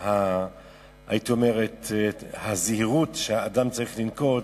והייתי אומר: הזהירות שהאדם צריך לנקוט,